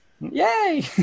yay